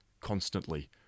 constantly